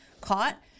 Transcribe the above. caught